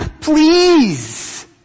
please